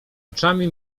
oczami